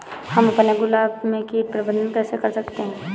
हम अपने गुलाब में कीट प्रबंधन कैसे कर सकते है?